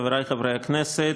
חברי חברי הכנסת,